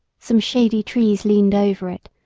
some shady trees leaned over it,